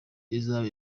izaba